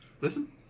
listen